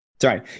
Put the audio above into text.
Sorry